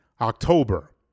October